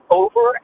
over